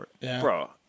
Bro